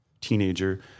teenager